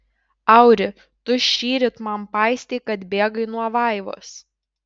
auri tu šįryt man paistei kad bėgai nuo vaivos